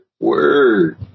Word